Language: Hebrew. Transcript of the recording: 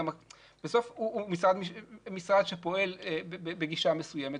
בסוף הוא משרד שפועל בגישה מסוימת,